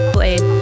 Blade